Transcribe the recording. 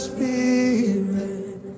Spirit